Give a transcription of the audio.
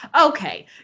okay